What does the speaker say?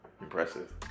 Impressive